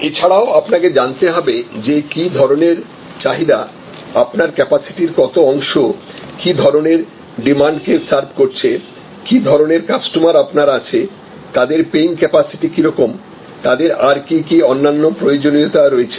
এছাড়াও আপনাকে জানতে হবে যে কী ধরণের চাহিদা আপনার ক্যাপাসিটির কত অংশ কি ধরনের ডিমান্ড কেসার্ভ করছে কি ধরনের কাস্টমার আপনার আছে তাদের পেইংক্যাপাসিটি কিরকম তাদের আর কী কী অন্যান্য প্রয়োজনীয়তা রয়েছে